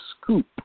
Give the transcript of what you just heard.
scoop